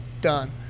done